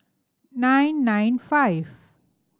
nine nine five